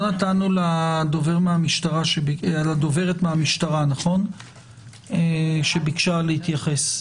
נתנו לדוברת מהמשטרה שביקשה להתייחס.